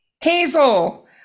Hazel